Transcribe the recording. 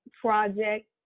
project